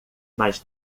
mas